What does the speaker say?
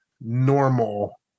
normal